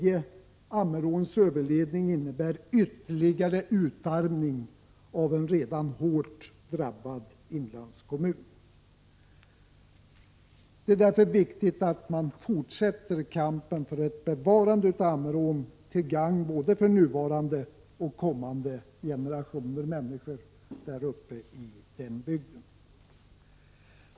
Ammeråns överledning innebär en ytterligare utarmning av en redan hårt drabbad inlandskommun. Det är därför viktigt att fortsätta kampen för ett bevarande av Ammerån, till gagn för både nuvarande och kommande generationer människor uppe i denna bygd.